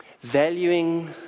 valuing